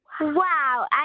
Wow